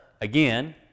again